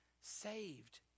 saved